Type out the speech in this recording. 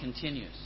continues